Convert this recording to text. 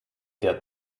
der